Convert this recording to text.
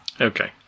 Okay